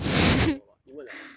!wah! !wah! !wah! !wah! !wah! 你问 liao ah